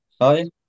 Hi